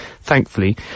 thankfully